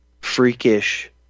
freakish